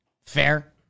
Fair